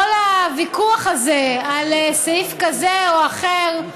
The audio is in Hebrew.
כל הוויכוח הזה על סעיף כזה או אחר,